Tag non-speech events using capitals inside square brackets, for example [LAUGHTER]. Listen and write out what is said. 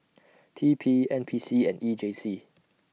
[NOISE] T P N P C and E J C